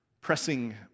pressing